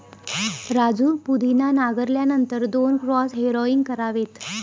राजू पुदिना नांगरल्यानंतर दोन क्रॉस हॅरोइंग करावेत